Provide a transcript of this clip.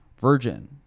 virgin